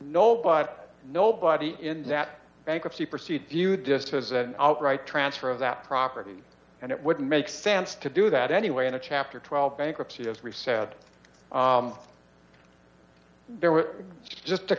no but nobody in that bankruptcy proceed few dist has an outright transfer of that property and it wouldn't make sense to do that anyway in a chapter twelve bankruptcy as we've said there were just to